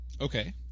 okay